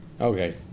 Okay